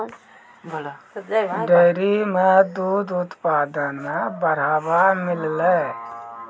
dairy सें दूध उत्पादन म बढ़ावा मिललय